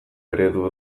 eredu